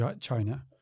China